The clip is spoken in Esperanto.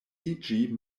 iĝi